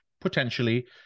potentially